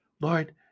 Lord